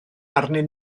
arnyn